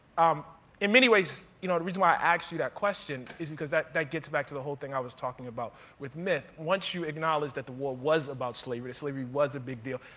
um in many ways, you know the reason why i asked you that question, is that that gets back to the whole thing i was talking about with myth. once you acknowledge that the war was about slavery, slavery was a big deal,